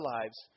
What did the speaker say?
lives